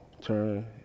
turn